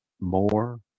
more